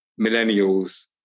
millennials